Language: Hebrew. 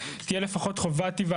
ייצור